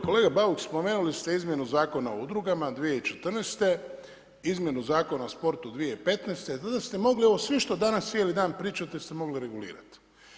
Kolega bauk, spomenuli ste izmjenu Zakona o udrugama 2014., izmjenu Zakona o sportu 2015., … mogli ovo sve što danas cijeli dan pričate ste mogli regulirati.